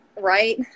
right